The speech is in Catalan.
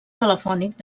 telefònic